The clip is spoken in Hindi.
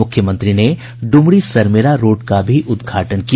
मुख्मयंत्री ने ड्मरी सरमेरा रोड का भी उद्घाटन किया